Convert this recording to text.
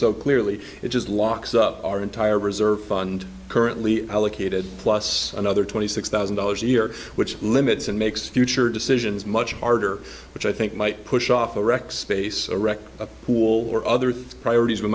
so clearly it just locks up our entire reserve fund currently allocated plus another twenty six thousand dollars a year which limits and makes future decisions much harder which i think might push off a wrecked space or wrecked a pool or other priorities we